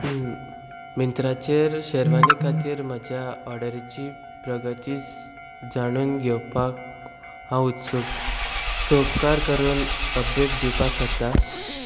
मिंत्राचेर शेरवांनी खातीर म्हज्या ऑर्डरीची प्रगती जाणून घेवपाक हांव उत्सूक तूं उपकार करून अपडेट दिवपाक शकता